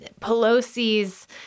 pelosi's